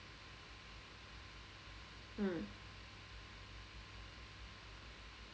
mm